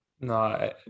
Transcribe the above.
No